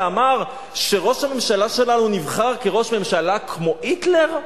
שאמר שראש הממשלה שלנו נבחר כראש ממשלה כמו היטלר?